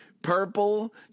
Purple